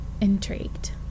intrigued